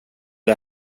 det